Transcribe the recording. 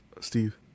Steve